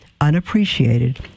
unappreciated